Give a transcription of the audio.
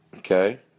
Okay